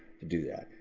to do that.